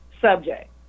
subject